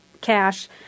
cash